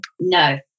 no